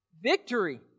Victory